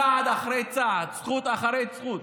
צעד אחרי צעד, זכות אחרי זכות.